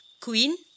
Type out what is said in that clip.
queen